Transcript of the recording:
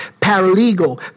Paralegal